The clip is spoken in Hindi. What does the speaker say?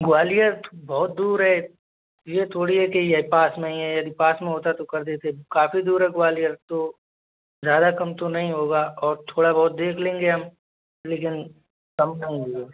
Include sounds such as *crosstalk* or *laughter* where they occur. ग्वालियर बहुत दूर है यह थोड़ी है कि यहीं पास में ही है यदि पास में होता तो कर देते काफी दूर है ग्वालियर तो ज्यादा कम तो नहीं होगा और थोड़ा बहुत देख लेंगे हम लेकिन कम *unintelligible* नहीं होगा